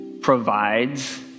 provides